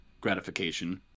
gratification